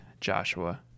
Joshua